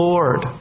Lord